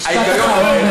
משפט אחרון,